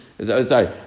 Sorry